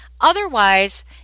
Otherwise